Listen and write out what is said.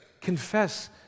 Confess